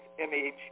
image